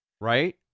right